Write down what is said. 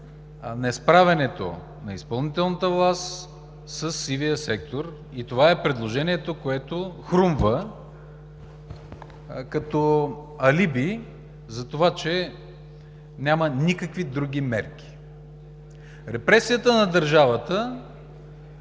несправянето на изпълнителната власт със сивия сектор и това е предложението, което хрумва като алиби за това, че няма никакви други мерки. Репресията на държавата